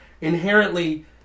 inherently